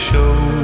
Show